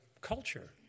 culture